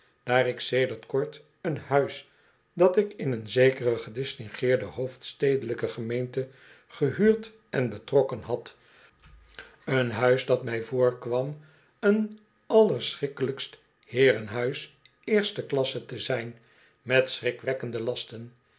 ik sedert kort een huis dat ik in een zekere gedistingeerde hoofdstedelijke gemeente gehuurd en betrokken had een huis dat mij voorkwam een allerschrikkelijkst heerenhuis eerste klasse te zijn metschrikwekkende lasten